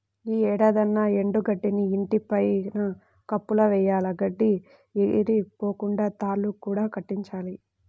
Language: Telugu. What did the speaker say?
యీ ఏడాదన్నా ఎండు గడ్డిని ఇంటి పైన కప్పులా వెయ్యాల, గడ్డి ఎగిరిపోకుండా తాళ్ళు కూడా కట్టించాలి